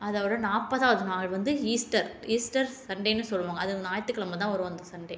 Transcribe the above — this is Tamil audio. அதோடு நாற்பதாவது நாள் வந்து ஈஸ்டர் ஈஸ்டர் சண்டேன்னு சொல்லுவாங்க அது ஞாயிற்று கிழம தான் வரும் அந்த சண்டே